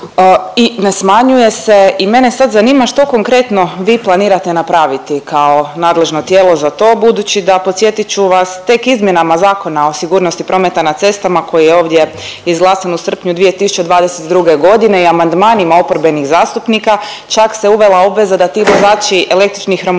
i ne smanjuje se i mene sad zanima što konkretno vi planirate napraviti kao nadležno tijelo za to budući da, podsjetit ću vas, tek izmjenama Zakona o sigurnosti prometa na cestama, koji je ovdje izglasan u srpnju 2022. godine i amandmanima oporbenih zastupnika čak se uvela obveza da ti vozači električnih romobila